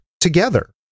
together